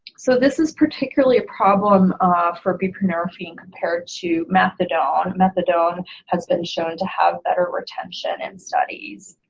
so this is particularly a problem for buprenorphine compared to methadone. methadone has been shown to have better retention in studies.